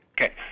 Okay